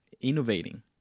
innovating